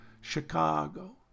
Chicago